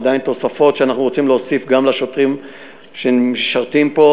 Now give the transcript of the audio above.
עדיין תוספות שאנחנו רוצים להוסיף גם לשוטרים שמשרתים פה.